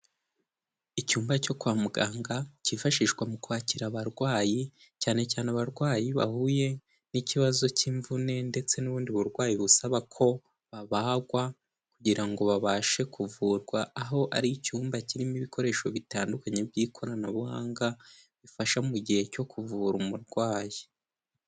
Icyumba cyo kwa muganga cyifashishwa mu kwakira abarwayi cyane cyane abarwayi bahuye n'ikibazo cy'imvune ndetse n'ubundi burwayi busaba ko babagwa kugira ngo babashe kuvurwa. Aho ari icyumba kirimo ibikoresho bitandukanye by'ikoranabuhanga, bifasha mu gihe cyo kuvura umurwayi.